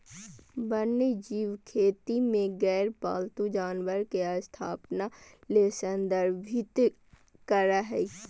वन्यजीव खेती में गैर पालतू जानवर के स्थापना ले संदर्भित करअ हई